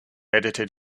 edited